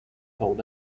told